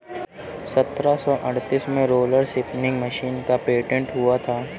सत्रह सौ अड़तीस में रोलर स्पीनिंग मशीन का पेटेंट हुआ था